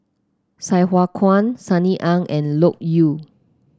Sai Hua Kuan Sunny Ang and Loke Yew